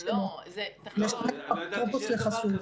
לא ידעתי שיש דבר כזה,